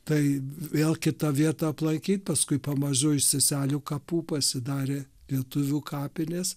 tai vėl kitą vietą aplankyt paskui pamažu iš seselių kapų pasidarė lietuvių kapinės